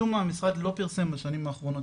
משום מה המשרד לא פרסם בשנים האחרונות,